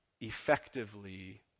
effectively